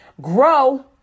Grow